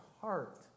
heart